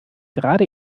gerade